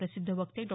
प्रसिद्ध वक्ते डॉ